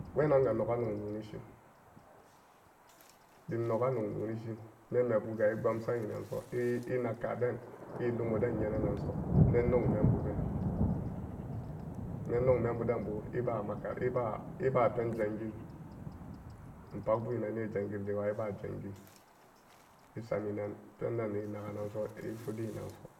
Wenanga nogga nog noni shin dim nogga nog nonishin menmebuga epbudan enanso e-enag kaden e lumoden nyang nanso men nongmembu been memnongmembadenbo eba maka-eba, eba penjangin enpagbu enane sangirde wa eba sangin esam enan penden enagan nanso efani enanso.